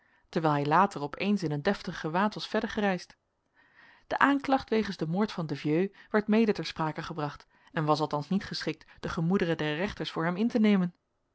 terwijl hij later op eens in een deftig gewaad was verder gereisd de aanklacht wegens den moord van de vieux werd mede ter sprake gebracht en was althans niet geschikt de gemoederen der rechters voor hem in te nemen